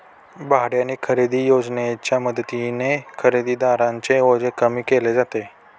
भाड्याने खरेदी योजनेच्या मदतीने खरेदीदारांचे ओझे कमी केले जाते